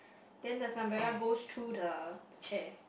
then there's umbrella goes through the the chair